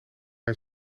hij